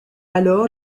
alors